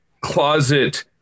closet